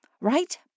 Right